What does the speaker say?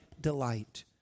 delight